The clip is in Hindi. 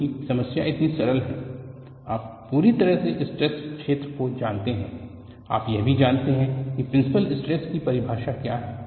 क्योंकि समस्या इतनी सरल है आप पूरी तरह से स्ट्रेस क्षेत्र को जानते हैं आप यह भी जानते हैं कि प्रिंसिपल स्ट्रेस की परिभाषा क्या है